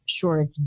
Sure